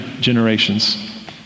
generations